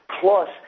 plus